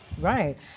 right